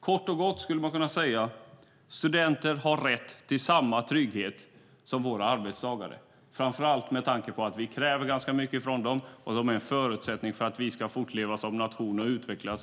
Kort och gott kan jag säga att studenter har rätt till samma trygghet som våra arbetstagare, framför allt med tanke på att vi kräver mycket av dem och de är en förutsättning för att Sverige ska fortleva som nation och utvecklas.